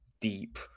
deep